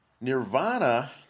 Nirvana